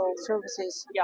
services